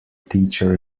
teacher